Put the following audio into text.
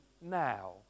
now